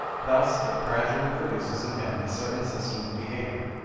thus it gradually produces in him a certain system of behavior,